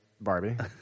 Barbie